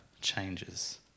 changes